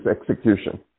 execution